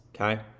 Okay